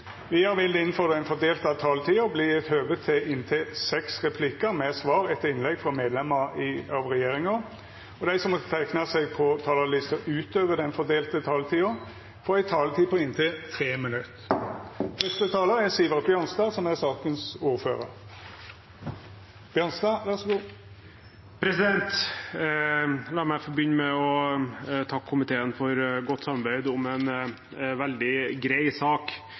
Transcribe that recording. Vidare vil det – innanfor den fordelte taletida – verta gjeve høve til inntil seks replikkar med svar etter innlegg frå medlemer av regjeringa, og dei som måtte teikna seg på talarlista utover den fordelte taletida, får også ei taletid på inntil 3 minutt.